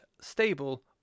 stable